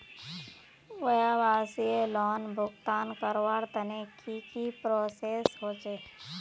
व्यवसाय लोन भुगतान करवार तने की की प्रोसेस होचे?